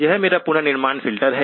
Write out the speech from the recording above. यह मेरा पुनर्निर्माण फ़िल्टर है